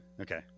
Okay